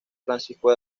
francisco